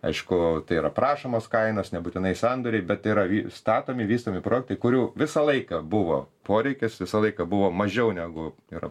aišku tai yra prašomos kainos nebūtinai sandoriai bet tai yra statomi vystomi projektai kurių visą laiką buvo poreikis visą laiką buvo mažiau negu yra